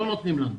לא נותנים לנו.